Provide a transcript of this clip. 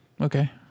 Okay